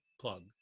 plug